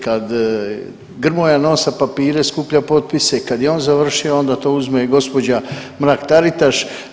Kad Grmoja nosa papire, skuplja potpise, kad je on završio, onda to uzme gđa. Mrak-Taritaš.